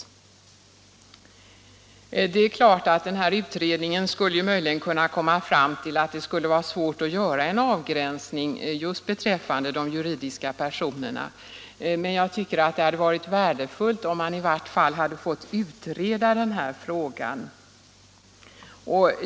för gåvor till ideella Det är klart att denna utredning möjligen skulle kunna komma fram och humanitära till att det vore svårt att göra en avgränsning just beträffande de juridiska — ändamål personerna, men jag tycker det hade varit värdefullt om man i vart fall hade fått utreda den här frågan.